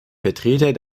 vertreter